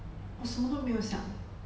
我什么都没有想